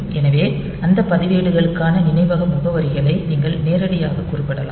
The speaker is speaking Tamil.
எனவே அந்த பதிவேடுகளுக்கான நினைவக முகவரிகளை நீங்கள் நேரடியாக குறிப்பிடலாம்